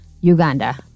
Uganda